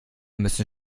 müssen